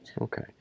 okay